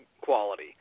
quality